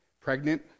Pregnant